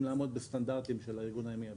לעמוד בתקנים של הארגון הימי הבינלאומי.